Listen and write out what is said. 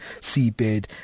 seabed